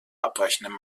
abweichende